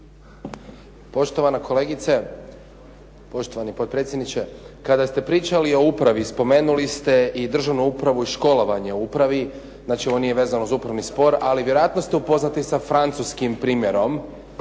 Poštovana kolegice, poštovani potpredsjedniče. Kada ste pričali o upravi spomenuli ste i državnu upravu i školovanje u upravi. Znači ovo nije vezano za upravni spor, ali vjerojatno ste upoznati sa francuskim primjerom,